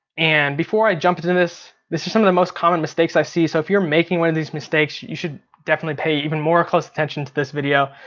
and before i jump to this, this is some of the most common mistakes i see. so if you're making one of these mistakes you should definitely pay even more close attention to this video.